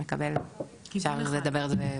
אפשר לדבר על זה,